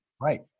right